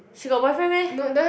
she got boyfriend meh